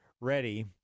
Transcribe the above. ready